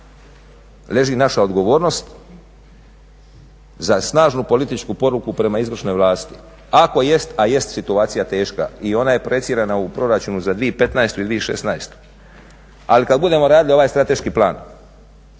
leži naša odgovornost za snažnu političku poruku prema izvršnoj vlasti. Ako jest, a jest situacija teška i ona je projicirana u Proračunu za 2015. i 2016., ali kad budemo radili ovaj strateški plan